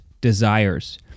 desires